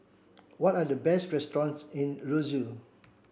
what are the best restaurants in Roseau